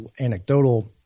anecdotal